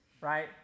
Right